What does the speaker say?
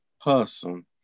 person